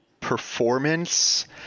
performance